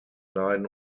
leiden